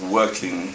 working